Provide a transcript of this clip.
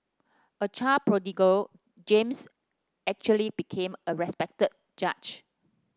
a child prodigy James eventually became a respected judge